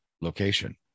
location